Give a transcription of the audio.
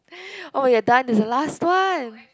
oh we're done it's the last one